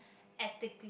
ethically